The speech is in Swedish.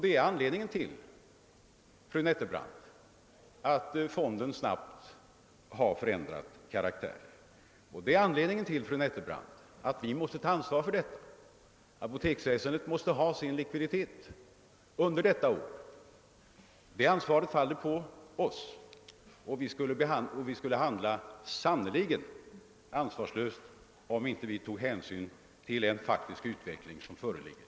Det är, fru Nettelbrandt, anledningen till att fonden snabbt har ändrat karaktär, och vi måste ju se till att apoteksväsendet har sin likviditet under detta år. Ansvaret härför faller på oss, och vi skulle sannerligen handla ansvarslöst om vi inte tog hänsyn till den faktiska utvecklingen.